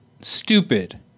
stupid